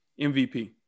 MVP